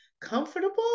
comfortable